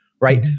right